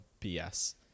bs